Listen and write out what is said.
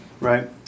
right